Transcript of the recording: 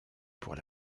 pour